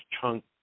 chunk